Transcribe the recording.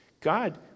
God